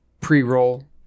pre-roll